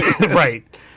right